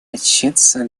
учиться